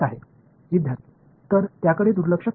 மாணவர் எனவே புறக்கணிப்பு உள்ளது ஆம்